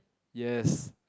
yes